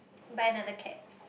buy another cat